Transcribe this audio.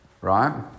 Right